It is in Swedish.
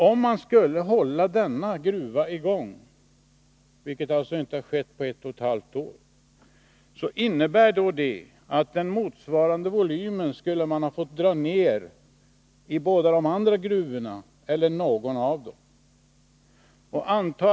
Om man skulle hålla driften vid denna gruva i gång — vilket alltså inte har skett på ett och ett halvt år — innebär detta att man i båda de andra gruvorna, eller någon av dem, skulle få dra ner produktionen med motsvarande volym.